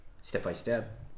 step-by-step